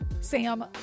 Sam